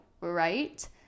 right